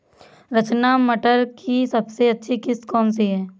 रचना मटर की सबसे अच्छी किश्त कौन सी है?